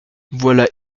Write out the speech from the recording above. voilà